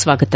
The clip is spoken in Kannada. ಸ್ವಾಗತ